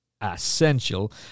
essential